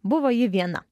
buvo ji viena